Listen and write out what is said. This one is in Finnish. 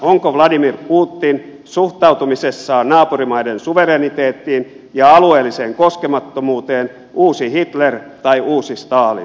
onko vladimir putin suhtautumisessaan naapurimaiden suvereniteettiin ja alueelliseen koskemattomuuteen uusi hitler tai uusi stalin